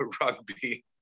rugby